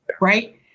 right